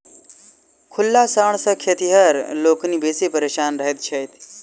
खुल्ला साँढ़ सॅ खेतिहर लोकनि बेसी परेशान रहैत छथि